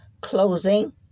closing